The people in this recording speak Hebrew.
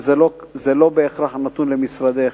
וזה לא בהכרח נתון למשרדך: